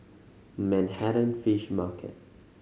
Manhattan Fish Market